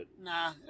Nah